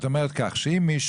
ויש כאן עוד המשך.